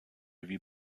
wie